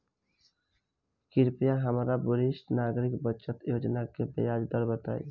कृपया हमरा वरिष्ठ नागरिक बचत योजना के ब्याज दर बताई